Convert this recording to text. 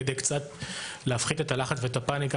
כדי קצת להפחית את הלחץ ואת הפאניקה,